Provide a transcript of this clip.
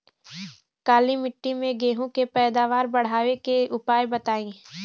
काली मिट्टी में गेहूँ के पैदावार बढ़ावे के उपाय बताई?